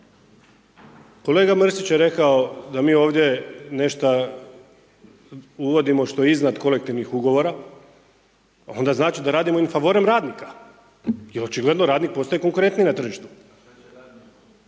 kolega Mrsić je rekao da mi ovdje nešto uvodimo što je iznad kolektivnih ugovora, pa onda znači da radimo in favorem radnika jer očigledno radnik postaje konkurentan na tržištu. Govorimo o radnicima